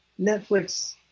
Netflix